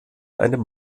einem